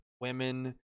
women